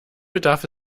bedarf